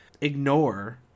ignore